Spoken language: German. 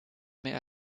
mehr